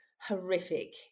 horrific